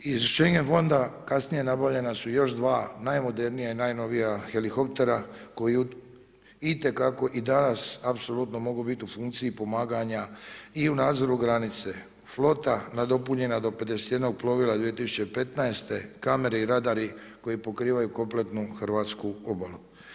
Iz Schengen fonda kasnije nabavljena su još dva najmodernija i najnovija helikoptera koji itekako i danas apsolutno mogu biti u funkciji pomaganja i u nadzoru granice, flota nadopunjena do 51 plovila 2015., kamere i radari koji pokrivaju kompletnu hrvatsku obalu.